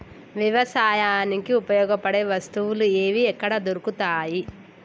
వ్యవసాయానికి ఉపయోగపడే వస్తువులు ఏవి ఎక్కడ దొరుకుతాయి?